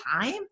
time